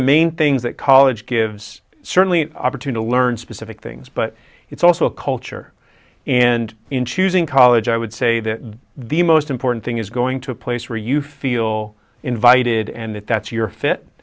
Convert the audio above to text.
the main things that college gives certainly an opportunity learn specific things but it's also a culture and in choosing college i would say that the most important thing is going to a place where you feel invited and that